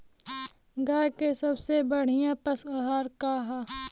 गाय के सबसे बढ़िया पशु आहार का ह?